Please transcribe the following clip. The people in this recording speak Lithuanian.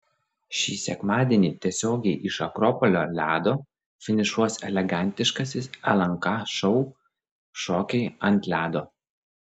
šį sekmadienį tiesiogiai iš akropolio ledo finišuos elegantiškasis lnk šou šokiai ant ledo